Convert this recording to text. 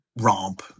romp